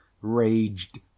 raged